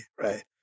right